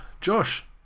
josh